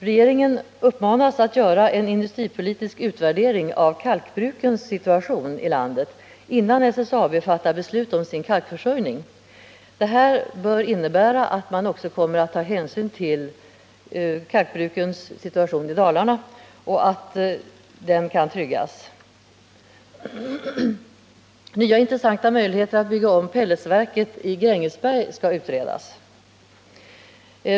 Regeringen uppmanas att göra en industripolitisk utvärdering av kalkbrukens situation i landet innan SSAB fattar beslut om sin kalkförsörjning. Det bör innebära att man också kommer att ta hänsyn till kalkbrukens situation i Dalarna och att den kan tryggas. Nya intressanta möjligheter att bygga om pelletsverket i Grängesberg skall utredas.